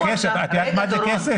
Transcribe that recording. את יודעת מה זה כסף?